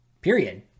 Period